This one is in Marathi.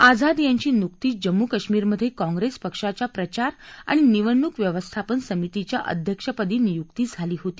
आझाद यांची नुकतीच जम्मू काश्मीरमध्ये काँग्रेस पक्षाच्या प्रचार आणि निवडणूक व्यवस्थापन समितीच्या अध्यक्षपदी नियुक्ती झाली होती